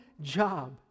job